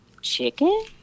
chicken